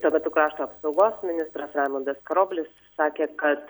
tuo metu krašto apsaugos ministras raimundas karoblis sakė kad